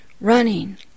Running